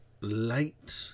late